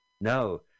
No